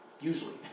usually